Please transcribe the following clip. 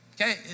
Okay